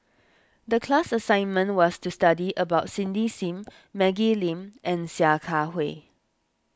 the class assignment was to study about Cindy Sim Maggie Lim and Sia Kah Hui